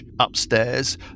Upstairs